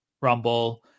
rumble